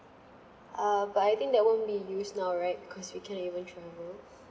ah but I think that won't be used now right because we can't even travel